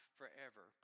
forever